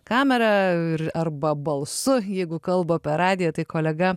kamera ir arba balsu jeigu kalba per radiją tai kolega